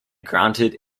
granted